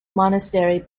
monastery